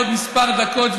בעוד כמה דקות,